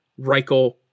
Reichel